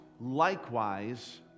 likewise